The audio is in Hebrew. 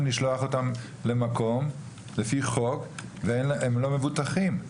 לשלוח למקום לפי חוק והם לא מבוטחים.